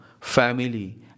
family